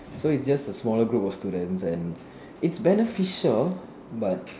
so it's just a smaller group of students and it's beneficial but